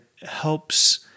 helps